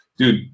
Dude